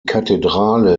kathedrale